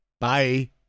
Bye